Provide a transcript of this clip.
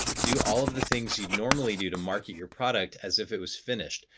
do all of the things you'd normally do to market your product as if it was finished,